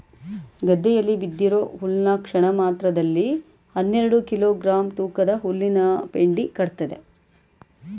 ಗದ್ದೆಯಲ್ಲಿ ಬಿದ್ದಿರೋ ಹುಲ್ನ ಕ್ಷಣಮಾತ್ರದಲ್ಲಿ ಹನ್ನೆರೆಡು ಕಿಲೋ ಗ್ರಾಂ ತೂಕದ ಹುಲ್ಲಿನಪೆಂಡಿ ಕಟ್ತದೆ